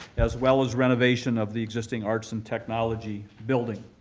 as well as renovation of the existing arts and technology building.